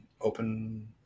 open –